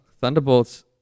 Thunderbolts